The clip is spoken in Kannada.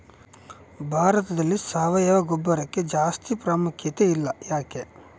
ಭಾರತದಲ್ಲಿ ಸಾವಯವ ಗೊಬ್ಬರಕ್ಕೆ ಜಾಸ್ತಿ ಪ್ರಾಮುಖ್ಯತೆ ಇಲ್ಲ ಯಾಕೆ?